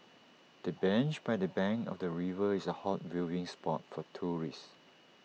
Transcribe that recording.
the bench by the bank of the river is A hot viewing spot for tourists